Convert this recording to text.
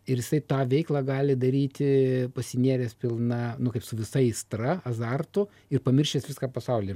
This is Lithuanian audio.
ir jisai tą veiklą gali daryti pasinėręs pilna nu kaip su visa aistra azartu ir pamiršęs viską pasauly